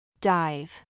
Dive